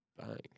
Bang